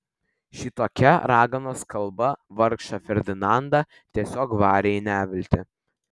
šitokia raganos kalba vargšą ferdinandą tiesiog varė į neviltį